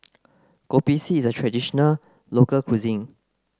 Kopi C is a traditional local cuisine